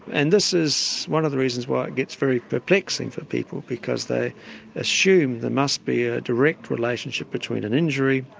and this is one of the reasons why it gets very perplexing for people, because they assume there must be a direct relationship between an injury,